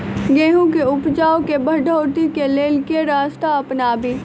गेंहूँ केँ उपजाउ केँ बढ़ोतरी केँ लेल केँ रास्ता अपनाबी?